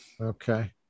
okay